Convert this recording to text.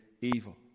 evil